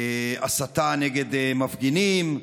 הסתה נגד מפגינים,